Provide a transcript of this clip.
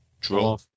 draw